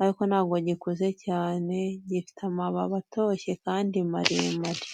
ariko ntabwo gikuze cyane, gifite amababi atoshye kandi maremare.